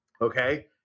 okay